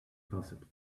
possible